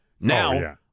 Now